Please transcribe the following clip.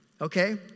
okay